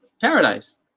paradise